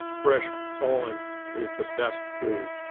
fresh pollen is the best food.